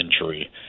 injury